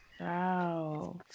Wow